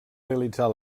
realitzar